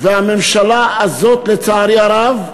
והממשלה הזאת, לצערי הרב,